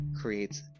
creates